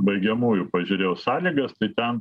baigiamųjų pažiūrėjau sąlygas tai ten